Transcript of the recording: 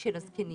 של הזקנים.